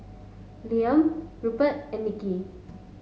Liam Rupert and Nicki